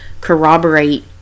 corroborate